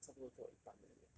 差不多做一半而已 eh